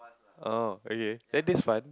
oh okay that is fun